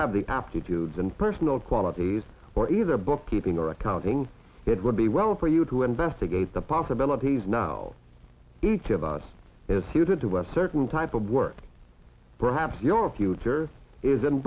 have the aptitude and personal qualities or either bookkeeping or accounting it would be well for you to investigate the possibilities now each of us is suited to less certain type of work perhaps your future is in